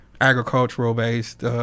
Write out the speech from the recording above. agricultural-based